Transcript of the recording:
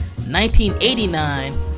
1989